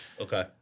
Okay